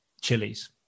chilies